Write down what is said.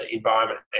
environment